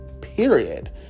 period